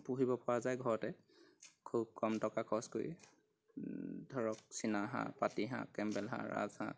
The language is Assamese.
পুহিব পৰা যায় ঘৰতে খুব কম টকা খৰচ কৰি ধৰক চীনা হাঁহ পাতি হাঁহ কেম্বেল হাঁহ ৰাজ হাঁহ